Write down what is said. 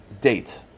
date